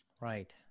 Right